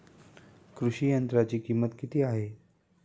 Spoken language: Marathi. कृषी यंत्राची किंमत किती आहे?